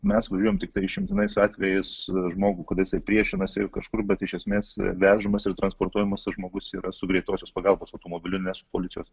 mes važiuojam tiktai išimtinais atvejais žmogų kada jisai priešinasi ir kažkur bet iš esmės vežamas ir transportuojamas tas žmogus yra su greitosios pagalbos automobiliu ne su policijos